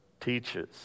teaches